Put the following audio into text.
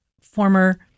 former